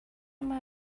uma